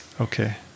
okay